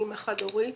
אימא חד-הורית.